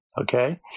okay